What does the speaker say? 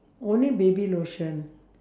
only baby lotion